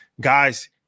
guys